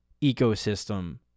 ecosystem